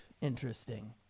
interesting